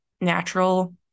natural